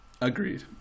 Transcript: Agreed